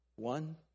One